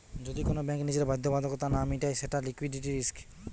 যদি কোন ব্যাঙ্ক নিজের বাধ্যবাধকতা না মিটায় সেটা লিকুইডিটি রিস্ক